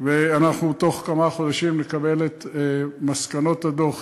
ותוך כמה חודשים נקבל את מסקנות הדוח,